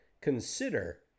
consider